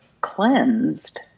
cleansed